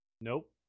nope